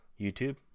YouTube